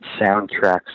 soundtracks